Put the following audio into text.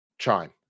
chime